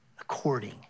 according